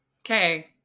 Okay